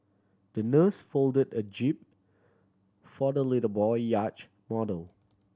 the nurse folded a jib for the little boy yacht model